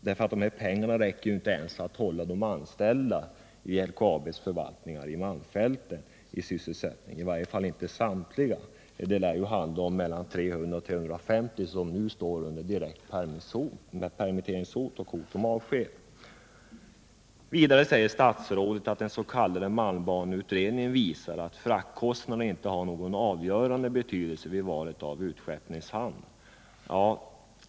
Det här beloppet räcker ju inte ens till att hålla de anställda vid LKAB:s förvaltningar i malmfälten sysselsatta, i varje fall inte samtliga. Det handlar om mellan 300 och 350 personer som nu står under direkt hot om permittering eller avsked. Vidare säger statsrådet att den s.k. malmbaneutredningen visar att fraktkostnaderna inte har någon avgörande betydelse vid valet av utskeppningshamn.